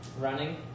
Running